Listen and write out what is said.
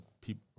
people